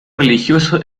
religioso